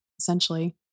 essentially